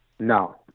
No